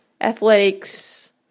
athletics